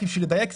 רק בשביל לדייק,